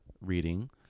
reading